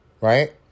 right